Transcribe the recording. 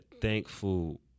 thankful